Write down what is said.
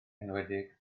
enwedig